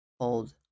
hold